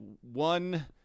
one